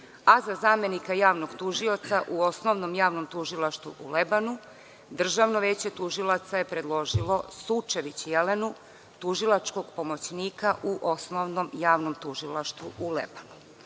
a za zamenika javnog tužioca u Osnovnom javnom tužilaštvu u Lebanu Državno veće tužilaca je predložilo Sučević Jelenu, tužilačkog pomoćnika u Osnovnom javnom tužilaštvu u Lebanu.U